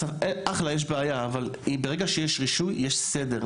אחלה, יש בעיה, אבל ברגע שיש רישוי יש סדר.